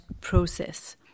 process